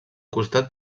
costat